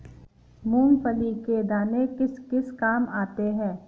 मूंगफली के दाने किस किस काम आते हैं?